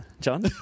John